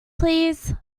please